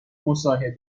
مصاحبه